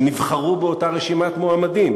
שנבחרו באותה רשימת מועמדים,